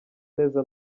neza